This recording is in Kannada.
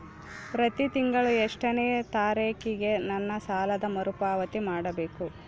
ಪ್ರತಿ ತಿಂಗಳು ಎಷ್ಟನೇ ತಾರೇಕಿಗೆ ನನ್ನ ಸಾಲದ ಮರುಪಾವತಿ ಮಾಡಬೇಕು?